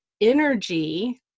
energy